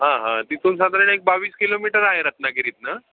हां हां तिथून साधारण एक बावीस किलोमीटर आहे रत्नागिरीतून